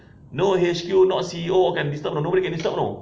no H_Q not C_E_O can disturb know nobody can disturb know